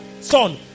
son